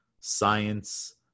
science